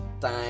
time